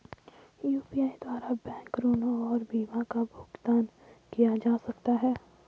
UPI द्वारा bank ऋण और बीमा का भी भुगतान किया जा सकता है?